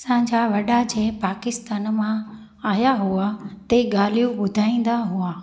असांजा वॾा जंहिं पाकिस्तान मां आया हुआ ते ॻाल्हियूं ॿुधाईंदा हुआ